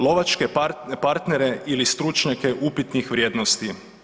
Lovačke partnere ili stručnjake upitnih vrijednosti.